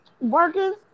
Working